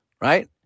right